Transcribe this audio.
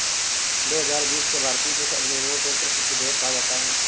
दो हजार बीस के भारतीय कृषि अधिनियमों को कृषि विधेयक कहा जाता है